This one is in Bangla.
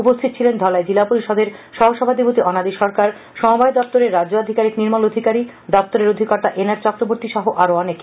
উপস্থিত ছিলেন ধলাই জিলা পরিষদের সহ সভাধিপতি অনাদি সরকার সমবায় দপ্তরের রাজ্য আধিকারিক নির্মল অধিকারী দপ্তরের অধিকর্তা এন আর চক্রবর্তী সহ আরো ও অনেকে